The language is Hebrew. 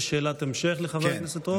יש שאלת המשך לחבר הכנסת רול?